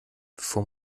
bevor